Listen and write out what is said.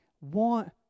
want